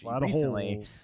recently